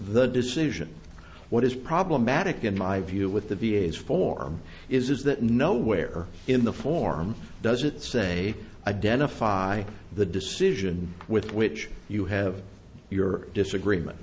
the decision what is problematic in my view with the v a s form is that nowhere in the form does it say identify the decision with which you have your disagreement